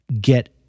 get